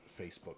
Facebook